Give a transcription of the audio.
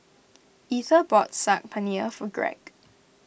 Etha bought Saag Paneer for Greg